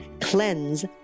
CLEANSE